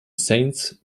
saints